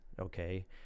okay